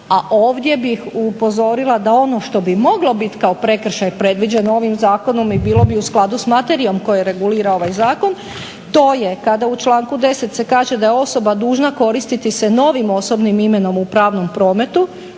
A ovdje bih upozorila da ono što bi moglo biti kao prekršaj predviđeno ovim zakonom i bilo bi u skladu s materijom koju regulira ovaj zakon to je kada u članku 10. se kaže da je osoba dužna koristiti se novim osobnim imenom u pravnom prometu